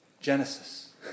Genesis